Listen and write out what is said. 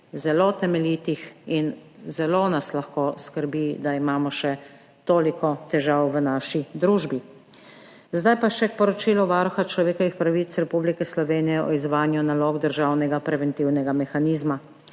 zelo temeljitih strani in zelo nas lahko skrbi, da imamo šetoliko težav v naši družbi. Zdaj pa še k poročilu Varuha človekovih pravic Republike Slovenije o izvajanju nalog Državnega preventivnega mehanizma.